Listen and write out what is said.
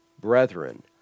Brethren